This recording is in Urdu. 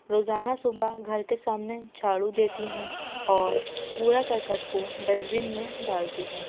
روزانہ صبح گھر کے سامنے جھاڑو دیتی ہوں اور کوڑا کرکٹ کو ڈسبن میں ڈالتی ہوں